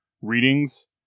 readings